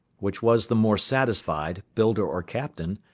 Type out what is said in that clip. which was the more satisfied, builder or captain,